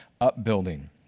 upbuilding